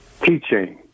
keychain